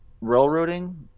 railroading